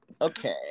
Okay